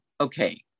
okay